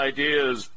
Ideas